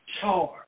charge